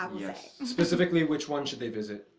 um yes, specifically which one should they visit?